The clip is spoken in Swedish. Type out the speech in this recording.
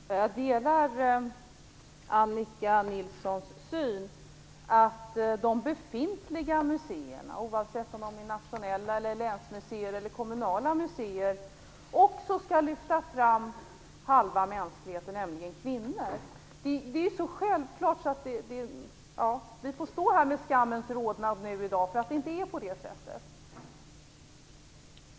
Herr talman! Jag delar Annika Nilssons uppfattning att också de befintliga museerna - oavsett om de är nationella museer, länsmuseer eller kommunala museer - skall lyfta fram den halva av mänskligheten som kvinnorna utgör. Det är så självklart att vi i dag får stå här med skammens rodnad på våra kinder för att det inte är på det sättet.